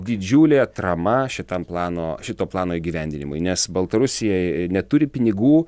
didžiulė atrama šitam plano šito plano įgyvendinimui nes baltarusija neturi pinigų